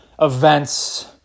events